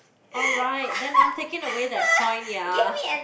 alright then after came away that point ya